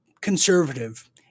conservative